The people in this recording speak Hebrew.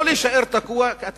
לא להישאר תקוע.